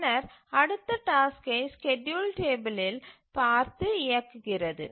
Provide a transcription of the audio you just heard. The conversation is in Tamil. பின்னர் அடுத்த டாஸ்க்கை ஸ்கேட்யூல் டேபிலில் பார்த்து இயக்குகிறது